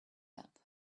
that